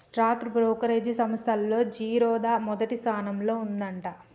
stock brokerage సంస్తల్లో జిరోదా మొదటి స్థానంలో ఉందంట